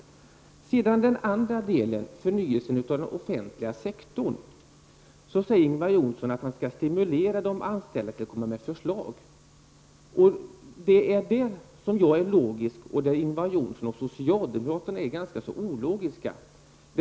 När det gäller den andra delen av betänkandet, förnyelsen av den offentliga sektorn, säger Ingvar Johnsson att man skall stimulera de anställda till att komma med förslag. På denna punkt anser jag att jag är logisk, medan Ingvar Johnsson och socialdemokraterna är ganska ologiska.